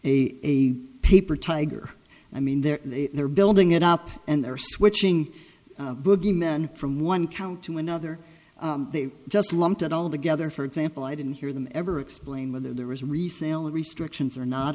a paper tiger i mean they're they're building it up and they're switching boogie men from one count to another they just lumped it all together for example i didn't or them ever explain whether there was resale restrictions or not